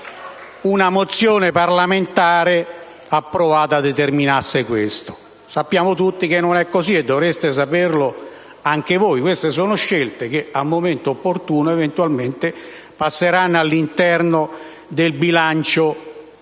una mozione parlamentare approvata determinasse questo. Sappiamo tutti che non è così, e dovreste saperlo anche voi. Queste sono scelte che al momento opportuno, eventualmente, passeranno all'interno del bilancio